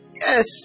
yes